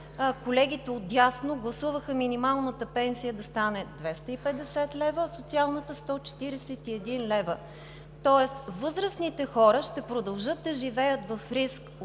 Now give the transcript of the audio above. колегите отдясно гласуваха минималната пенсия да стане 250 лв., а социалната 141 лв. – тоест възрастните хора ще продължат да живеят в риск